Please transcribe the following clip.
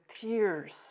tears